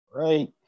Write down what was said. right